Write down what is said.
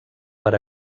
per